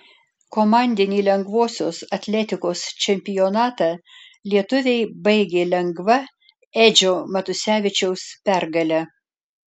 komandinį lengvosios atletikos čempionatą lietuviai baigė lengva edžio matusevičiaus pergale